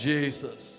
Jesus